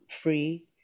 free